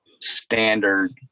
standard